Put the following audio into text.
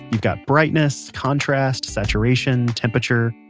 you've got brightness, contrast, saturation, temperature.